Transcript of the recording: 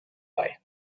bei